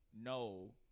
no